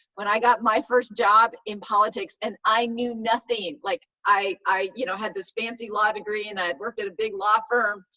when i got my first job in politics and i knew nothing. like i i you know had this fancy law degree, and i had worked at a big law firm,